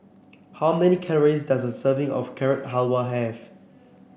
how many calories does a serving of Carrot Halwa have